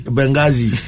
Benghazi